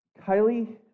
Kylie